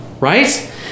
right